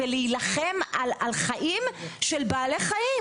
להילחם על חיים של בעלי החיים.